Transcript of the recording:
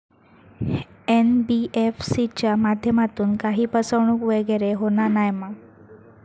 NBFC च्या माध्यमातून काही फसवणूक वगैरे होना नाय मा?